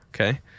okay